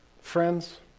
Friends